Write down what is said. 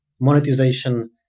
monetization